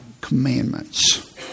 commandments